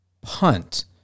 punt